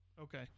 Okay